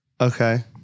Okay